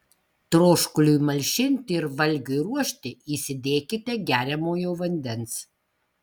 troškuliui malšinti ir valgiui ruošti įsidėkite geriamojo vandens